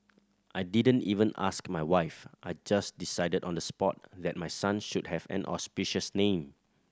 I didn't even ask my wife I just decided on the spot that my son should have an auspicious name